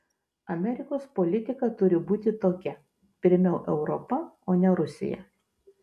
amerikos politika turi būti tokia pirmiau europa o ne rusija